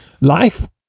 life